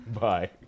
Bye